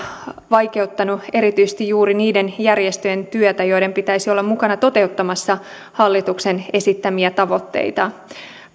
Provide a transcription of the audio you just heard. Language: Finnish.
vaikeuttaneet erityisesti juuri niiden järjestöjen työtä joiden pitäisi olla mukana toteuttamassa hallituksen esittämiä tavoitteita